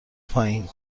پایین